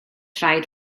rhaid